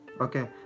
okay